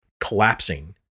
collapsing